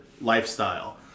lifestyle